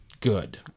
good